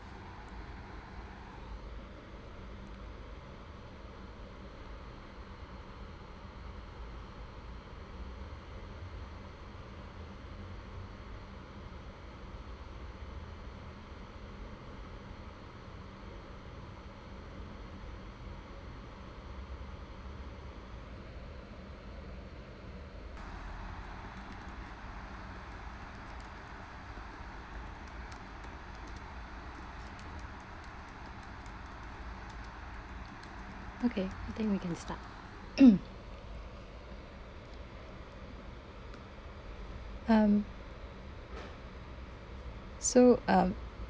okay I think we can start um so um